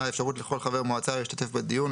האפשרות לכל חבר מועצה להשתתף בדיון,